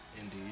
Indeed